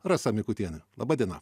rasa mikutienė laba diena